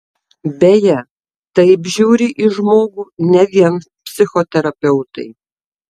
beje taip žiūri į žmogų ne vien psichoterapeutai